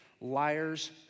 liars